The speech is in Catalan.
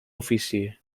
ofici